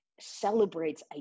celebrates